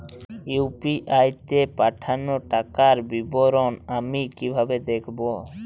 UPI তে পাঠানো টাকার বিবরণ আমি কিভাবে দেখবো?